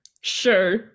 Sure